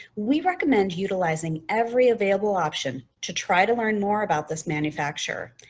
we recommend utilizing every available option to try to learn more about this manufacturer.